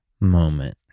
moment